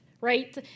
right